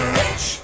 rich